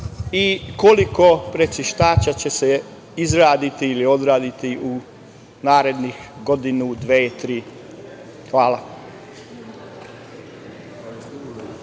i koliko prečistača će se izgraditi u narednih godinu, dve, tri? Hvala.